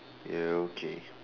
ya okay